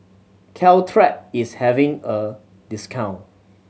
Caltrate is having a discount